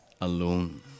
alone